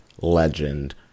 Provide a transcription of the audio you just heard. legend